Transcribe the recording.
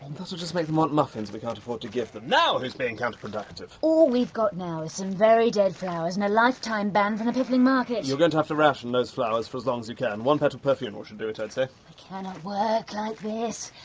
that'll just make them want muffins that we can't afford to give them! now who's being counter-productive? all we've got now is some very dead flowers and a lifetime ban from the piffling market! you're going to have to ration those flowers for as long as you can. one petal per funeral should do it, i'd say. i cannot work like this!